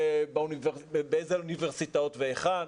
באיזה אוניברסיטאות והיכן.